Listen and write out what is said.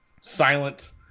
silent